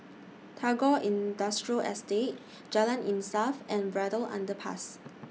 Tagore Industrial Estate Jalan Insaf and Braddell Underpass